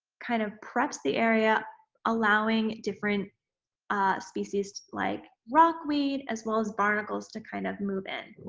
kind of preps the area allowing different species like rockweed, as well as, barnacles to kind of move in.